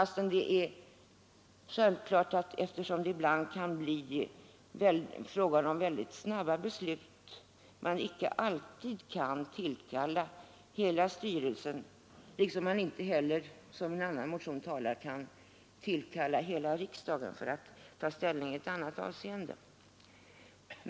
Självklart är det dock, eftersom det ibland kan bli fråga om väldigt snabba beslut, icke alltid möjligt att tillkalla hela styrelsen, liksom man inte heller — som en annan motion talar om — kan kalla hela riksdagen för att ta ställning i ett annat avseende.